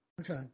Okay